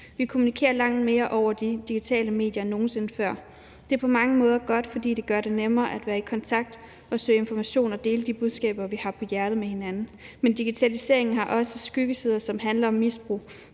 Vi kommunikerer langt mere via de digitale medier end nogen sinde før. Det er på mange måder godt, fordi det gør det nemmere at søge information, være i kontakt og dele de budskaber, vi har på hjerte, med hinanden. Men digitaliseringen har også skyggesider, som handler om misbrug.